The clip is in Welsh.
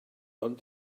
ond